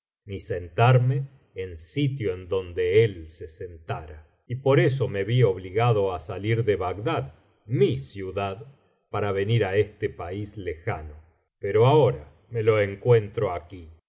ni sentarme en sitio en donde él se sentara y por eso me vi obligado á salir de bagdad mi ciudad para venir á este país lejano pero ahora me lo encuentro aquí